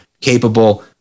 capable